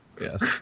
Yes